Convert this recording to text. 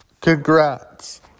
Congrats